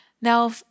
Now